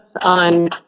on